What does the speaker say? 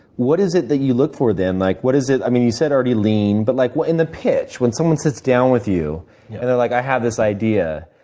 what is it that you look for then, like what is it i mean you said already lean, but like in the pitch, when someone sits down with you, and they're like i have this idea,